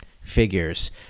figures